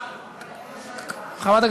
שאכן הנושא